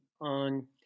on